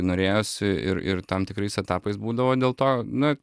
norėjosi ir ir tam tikrais etapais būdavo dėl to na